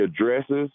addresses